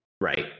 Right